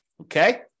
Okay